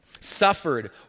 suffered